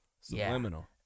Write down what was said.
subliminal